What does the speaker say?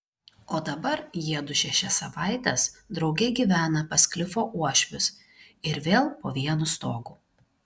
o dabar jiedu šešias savaites drauge gyvena pas klifo uošvius ir vėl po vienu stogu